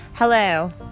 Hello